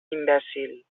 imbècil